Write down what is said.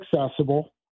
accessible